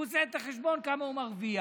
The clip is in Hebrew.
הוא עושה את החשבון כמה הוא מרוויח